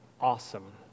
awesome